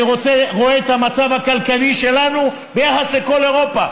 אני רואה את המצב הכלכלי שלנו ביחס לכל אירופה.